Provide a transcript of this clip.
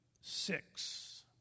six